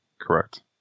Correct